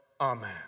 amen